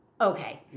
Okay